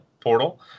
portal